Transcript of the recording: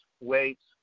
weights